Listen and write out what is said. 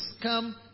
come